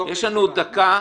יש לנו עוד דקה.